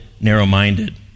narrow-minded